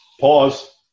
Pause